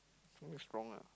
something is wrong ah